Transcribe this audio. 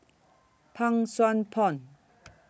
Pang Sua Pond